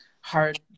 hard